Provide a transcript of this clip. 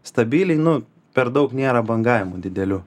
stabiliai nu per daug nėra bangavimų didelių